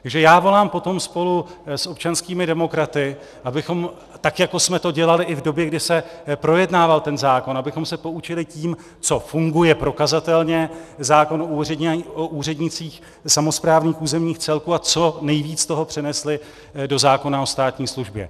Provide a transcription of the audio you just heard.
Takže já volám po tom spolu s občanskými demokraty, abychom, tak jako jsme to dělali i v době, kdy se projednával ten zákon, abychom se poučili tím, co funguje prokazatelně, zákon o úřednících samosprávních územních celků, a co nejvíc z toho přenesli do zákona o státní službě.